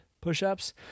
push-ups